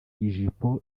ijipo